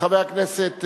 חבר הכנסת,